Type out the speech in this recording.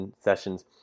sessions